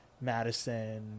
Madison